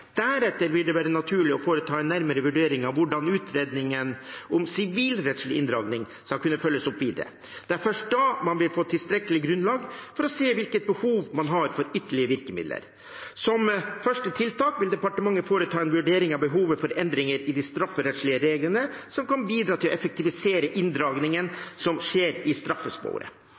Deretter vil det være naturlig å foreta en nærmere vurdering av hvordan utredningen om sivilrettslig inndragning skal kunne følges opp videre. Det er først da man vil få tilstrekkelig grunnlag for å se hvilket behov man har for ytterligere virkemidler. Som første tiltak vil departementet foreta en vurdering av behovet for endringer i de strafferettslige reglene som kan bidra til å effektivisere inndragningen som skjer i straffesporet.